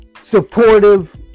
supportive